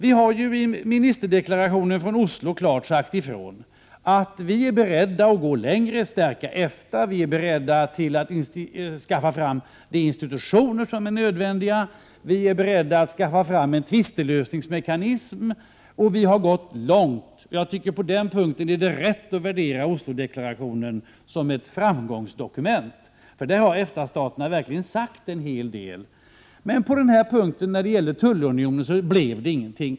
I ministerdeklarationen från Oslo har vi klart sagt ifrån att vi är beredda att gå längre när det gäller att stärka EFTA, att vi är beredda att skaffa fram de institutioner som är nödvändiga och att vi är beredda att skaffa fram en tvistelösningsmekanism. Vi har gått långt, och jag tycker att det på den punkten är rätt att värdera Oslo-deklarationen som ett framgångsdokument. Där har EFTA-staterna verkligen sagt en hel del. Men när det gäller punkten om tullunion blev det ingenting.